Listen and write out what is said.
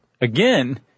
again